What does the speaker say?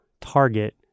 target